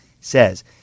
says